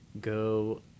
go